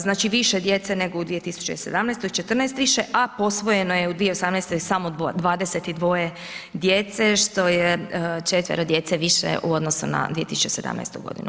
Znači više djece nego u 2017., 14 više, a posvojeno je u 2018. samo 22 djece što je 4 djece više u odnosnu na 2017. godinu.